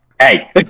Hey